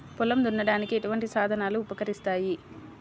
పొలం దున్నడానికి ఎటువంటి సాధనలు ఉపకరిస్తాయి?